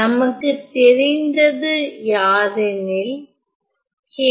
நமக்குத் தெரிந்தது யாதெனில் B